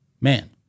Man